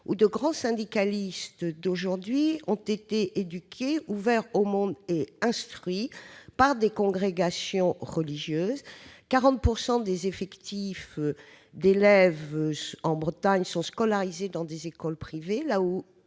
où de grands syndicalistes d'aujourd'hui ont été éduqués, ouverts au monde et instruits par des congrégations religieuses. Dans cette région, 40 % des élèves sont scolarisés dans des écoles privées,